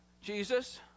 jesus